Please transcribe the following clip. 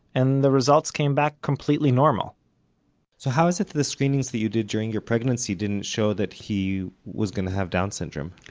and the results came back completely normal so how is it that the screenings that you did during your pregnancy didn't show that he was going to have down syndrome?